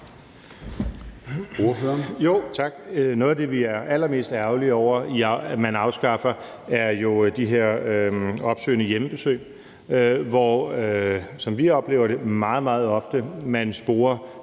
noget af det, vi er allermest ærgerlige over at man afskaffer, er jo de her opsøgende hjemmebesøg, hvor, som vi oplever det, man meget ofte sporer